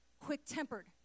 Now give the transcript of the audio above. quick-tempered